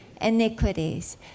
iniquities